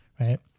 right